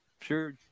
sure